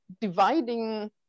dividing